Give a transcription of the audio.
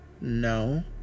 No